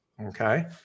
okay